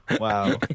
Wow